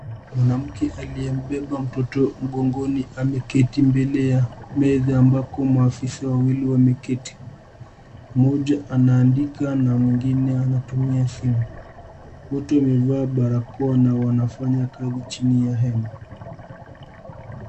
Mwanamke aliyembeba mtoto mgongoni, ameketi mbele ya meza ambako maafisa wawili wameketi. Mmoja anaandika na mwingine anatumia simu. Wote wameva barakoa na wanafanya kazi chini ya hema.